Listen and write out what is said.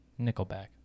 Nickelback